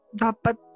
dapat